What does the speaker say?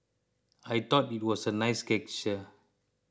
I thought it was a nice gesture